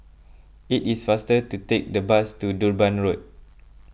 it is faster to take the bus to Durban Road